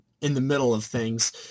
in-the-middle-of-things